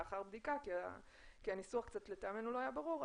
לאחר בדיקה כי הניסוח לטעמנו לא היה ברור,